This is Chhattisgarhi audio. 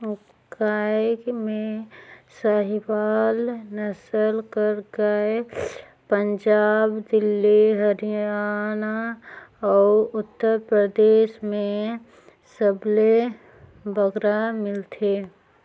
गाय में साहीवाल नसल कर गाय पंजाब, दिल्ली, हरयाना अउ उत्तर परदेस में सबले बगरा मिलथे